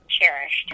cherished